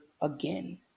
again